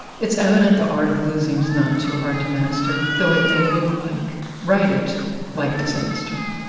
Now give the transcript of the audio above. it's evident the art of losing's not too hard to master, though it may look like write it like disaster